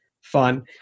fun